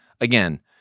again